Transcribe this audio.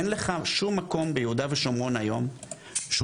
אין לך שום מקום ביהודה ושומרון היום שהוא